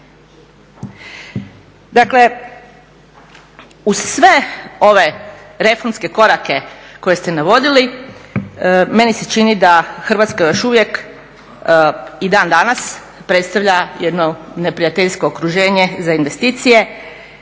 Dakle, uz sve ove reformske korake koje ste navodili meni se čini da Hrvatska još uvijek i dan danas predstavlja jedno neprijateljsko okruženje za investicije.